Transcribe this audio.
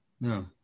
No